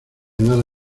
nada